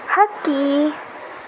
ಹಕ್ಕಿ